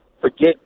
forget